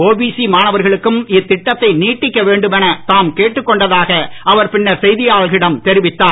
OBC மாணவர்களுக்கும் இத்திட்டத்தை நீட்டிக்க வேண்டும் என தாம் கேட்டுக் கொண்டதாக அவர் பின்னர் செய்தியாளர்களிடம் தெரிவித்தார்